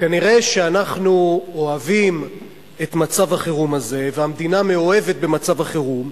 כנראה אנחנו אוהבים את מצב החירום הזה והמדינה מאוהבת במצב החירום,